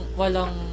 walang